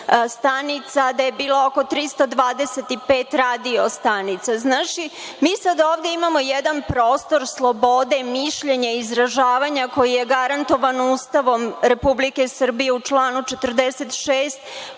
stanica, da je bilo oko 325 radio stanica. Znači, mi sada ovde imamo jedan prostor, sloboda i mišljenja, izražavanja koje je garantovano Ustavom Republike Srbije u članu 46.